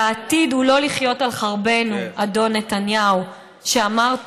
והעתיד הוא לא לחיות על חרבנו, אדון נתניהו, שאמר: